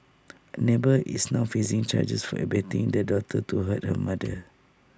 A neighbour is now facing charges for abetting daughter to do hurt her mother